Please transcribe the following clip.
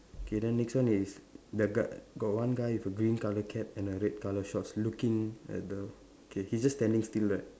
okay then next one is the g~ got one guy with a green colour cap and a red colour shorts looking at the okay he's just standing still right